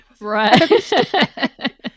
Right